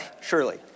surely